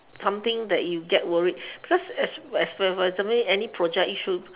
something that you get worry because as as for example any project issue